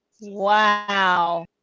Wow